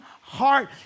heart